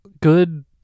good